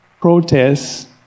protests